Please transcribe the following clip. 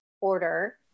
order